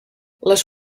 les